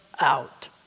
out